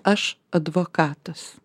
aš advokatas